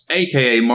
aka